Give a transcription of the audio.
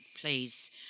Please